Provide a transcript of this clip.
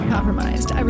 compromised